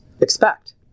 expect